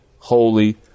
Holy